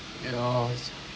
ya it's